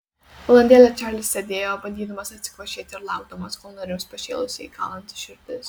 valandėlę čarlis sėdėjo bandydamas atsikvošėti ir laukdamas kol nurims pašėlusiai kalanti širdis